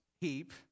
heap